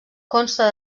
consta